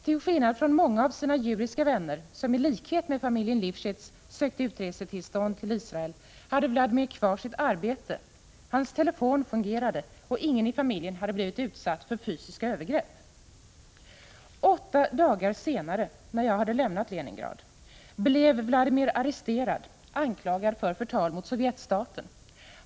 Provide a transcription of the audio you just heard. Till skillnad från många av sina judiska vänner, som i likhet med familjen Lifschits sökt utresetillstånd till Israel, hade Vladimir kvar sitt arbete. Hans telefon fungerade och ingen i familjen hade blivit utsatt för fysiska övergrepp. Åtta dagar senare, när jag hade lämnat Leningrad, blev Vladimir arresterad, anklagad för förtal mot sovjetstaten.